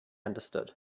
understood